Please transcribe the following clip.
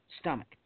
stomach